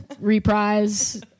reprise